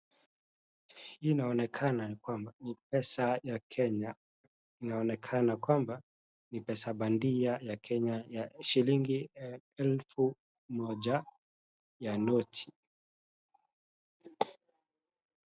Hii inaonekana kwamba ni pesa ya kenya, inaonekana kwamba ni pesa bandia ya kenya ya shillingi elfu moja ya noti.